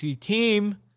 team